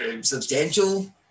substantial